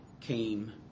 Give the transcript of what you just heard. came